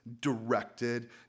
directed